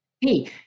Hey